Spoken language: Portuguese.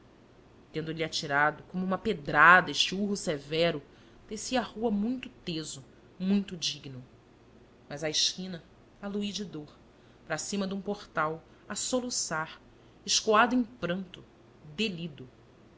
bêbeda tendo-lhe atirado com uma pedrada este urro severo desci a rua muito teso muito digno mas à esquina alui de dor para cima de um portal a soluçar escoado em pranto delido